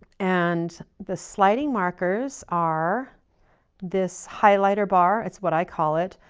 and the sliding markers are this highlighter bar, it's what i call it,